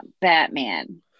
Batman